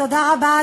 תודה רבה.